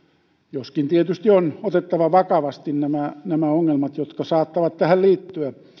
joskin tietysti on otettava vakavasti nämä nämä ongelmat jotka saattavat tähän liittyä